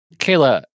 Kayla